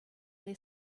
they